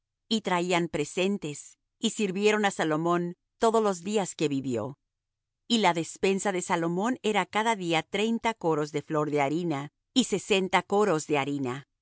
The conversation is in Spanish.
y traían presentes y sirvieron á salomón todos los días que vivió y la despensa de salomón era cada día treinta coros de flor de harina y sesenta coros de harina